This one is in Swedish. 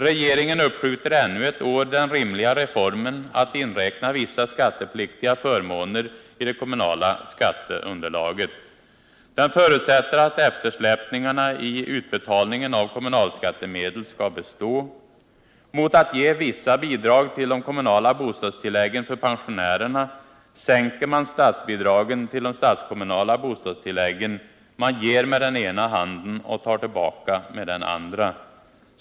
Regeringen uppskjuter ännu ett år den rimliga reformen att inräkna vissa skattepliktiga förmåner i det kommunala skatteunderlaget. Den förutsätter att eftersläpningarna i utbetalningen av kommunalskattemedel skall bestå. Mot att man ger vissa bidrag till de kommunala bostadstilläggen för pensionärerna sänker man statsbidragen till de statskommunala bostadstilläggen: man ger med den ena handen och tar tillbaka med den andra.